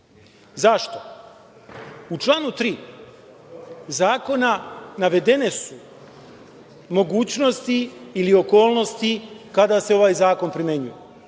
Zašto?U članu 3. Zakona navedene su mogućnosti ili okolnosti kada se ovaj zakon primenjuje